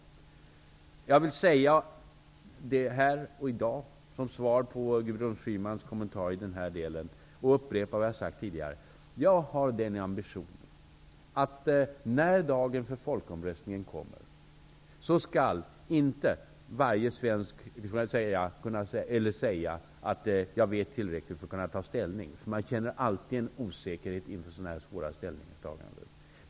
Jag vill säga detta i dag, som svar på Gudrun Schymans kommentar i den här delen, och upprepa det jag har sagt tidigare, att jag har ambitionen att när dagen för folkomröstningen kommer skall inte varje svensk säga: Jag vet tillräckligt för att kunna ta ställning. Man känner alltid en osäkerhet inför så här svåra ställningstaganden.